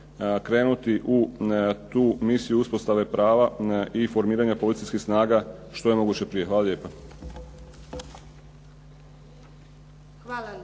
krenuti u tu misiju uspostave prava i formiranja policijskih snaga što je moguće prije. Hvala lijepa.